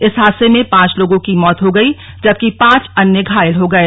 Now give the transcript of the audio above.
इस हादसे में पांच लोगों की मौत हो गई जबकि पांच अन्य घायल हो गए